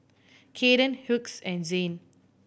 Caden Hughes and Zain